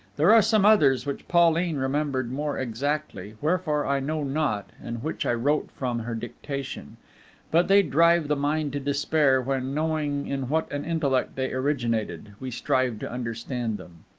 there are some others which pauline remembered more exactly, wherefore i know not, and which i wrote from her dictation but they drive the mind to despair when, knowing in what an intellect they originated, we strive to understand them.